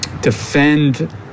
defend